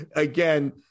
Again